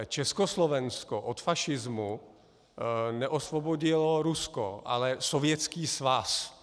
Československo od fašismu neosvobodilo Rusko, ale Sovětský svaz.